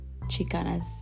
chicanas